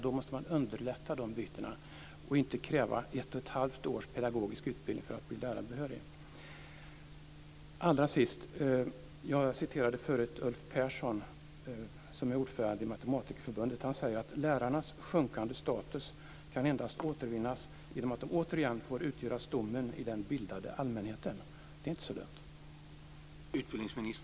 Då måste man underlätta de bytena och inte kräva ett och ett halvt års pedagogisk utbildning för att de ska bli lärarbehöriga. Allra sist. Jag citerade förut Ulf Persson, som är ordförande i Matematikerförbundet. Han säger att lärarnas sjunkande status endast kan återvinnas genom att de återigen får utgöra stommen i den bildade allmänheten. Det är inte så dumt.